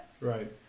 Right